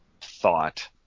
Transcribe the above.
thought